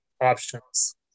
options